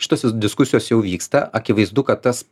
šitos diskusijos jau vyksta akivaizdu kad tas